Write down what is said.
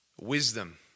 wisdom